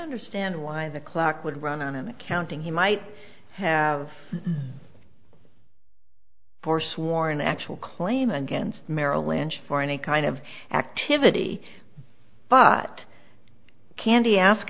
understand why the clock would run on accounting he might have forsworn actual claim against merrill lynch for any kind of activity bot candy ask